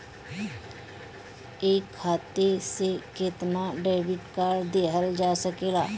एक खाता से केतना डेबिट कार्ड लेहल जा सकेला?